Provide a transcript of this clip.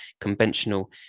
conventional